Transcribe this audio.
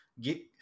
get